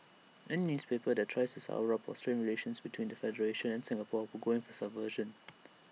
any newspaper that tries to sour up or strain relations between the federation and Singapore will go in for subversion